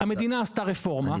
המדינה עשתה רפורמה,